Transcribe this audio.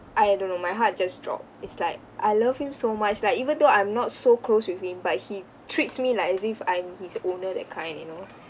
I don't know my heart just drop it's like I love him so much like even though I'm not so close with him but he treats me like as if I'm his owner that kind you know